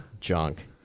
junk